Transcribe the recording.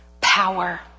power